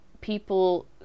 people